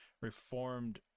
reformed